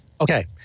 Okay